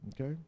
Okay